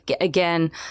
again